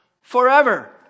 forever